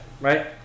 right